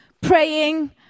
praying